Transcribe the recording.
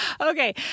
Okay